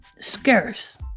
scarce